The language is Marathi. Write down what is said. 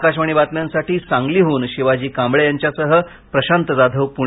आकाशवाणी बातम्यांसाठी सांगलीहून शिवाजी कांबळे यांच्यासह प्रशांत जाधव पुणे